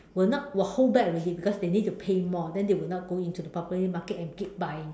will not will hold back already because they need to pay more then they will not go into the property market and keep buying